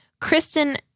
Kristen